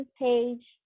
page